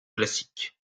classique